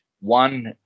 one